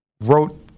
wrote